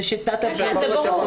זה שיטת עבודה אחרת.